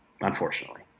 Unfortunately